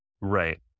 Right